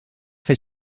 fer